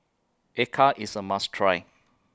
Acar IS A must Try